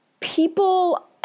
people